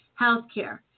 healthcare